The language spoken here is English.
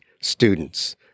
students